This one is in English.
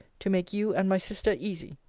to make you and my sister easy.